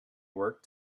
work